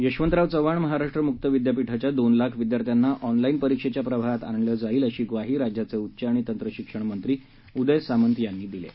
यशवंतराव चव्हाण महाराष्ट्र मुक्त विद्यापीठाच्या दोन लाख विद्यार्थ्यांना ऑनलाईन परीक्षेच्या प्रवाहात आणण्यात येईल अशी ग्वाही राज्याचे उघ्च आणि तंत्रशिक्षण मंत्री उदय सामंत यांनी दिली आहे